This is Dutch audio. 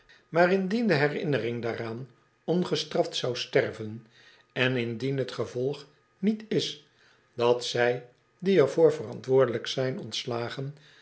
maar indien de herinnering daaraan ongestraft zou sterven en indien t gevolg niet is dat zij die er voor verantwoordelijk zijn ontslagen